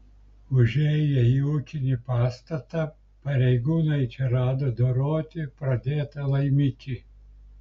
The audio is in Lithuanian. užėję į ūkinį pastatą pareigūnai čia rado doroti pradėtą laimikį